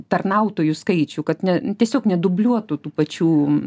tarnautojų skaičių kad ne tiesiog nedubliuotų tų pačių